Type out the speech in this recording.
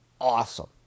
awesome